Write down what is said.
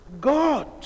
God